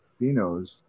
phenos